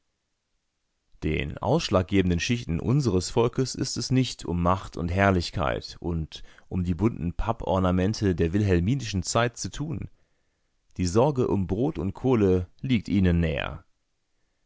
den ausschlaggebenden schichten unseres volkes ist es nicht um macht und herrlichkeit und um die bunten pappornamente der wilhelminischen zeit zu tun die sorge um brot und kohle liegt ihnen näher